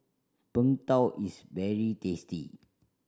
Png Tao is very tasty